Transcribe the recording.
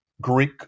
Greek